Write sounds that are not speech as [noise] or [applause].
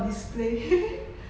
for display [laughs]